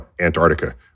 Antarctica